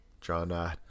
john